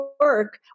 work